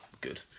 Good